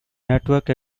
network